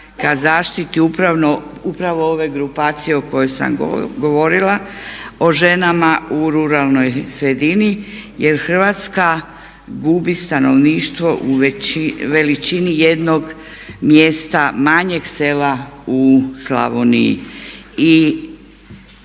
ka zaštiti upravo ove grupacije o kojoj sam govorila o ženama u ruralnoj sredini jer Hrvatska gubi stanovništvo u veličini jednog mjesta manjeg sela u Slavoniji.